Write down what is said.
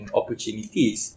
opportunities